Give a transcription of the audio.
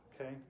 Okay